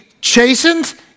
chastened